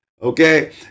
Okay